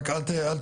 רק אל תתנתקו.